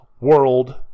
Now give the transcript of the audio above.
World